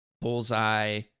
Bullseye